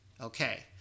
Okay